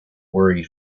worry